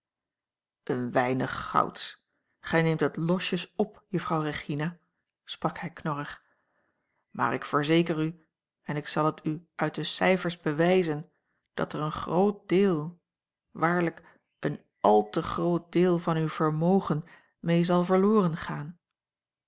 een weinig gouds gij neemt het losjes op juffrouw regina sprak hij knorrig maar ik verzeker u en ik zal het u uit de cijfers bewijzen dat er een groot deel waarlijk een àl te groot deel van uw vermogen mee zal verloren gaan